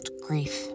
grief